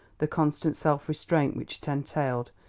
the constant self-restraint which it entailed,